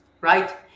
right